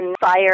fire